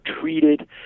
treated